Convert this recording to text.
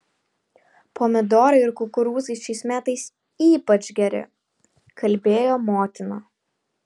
pomidorai ir kukurūzai šiais metais ypač geri kalbėjo motina